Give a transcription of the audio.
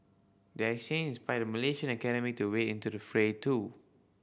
their exchange inspired a Malaysian academic to wade into the fray too